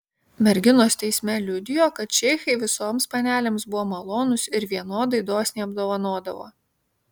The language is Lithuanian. merginos teisme liudijo kad šeichai visoms panelėms buvo malonūs ir vienodai dosniai apdovanodavo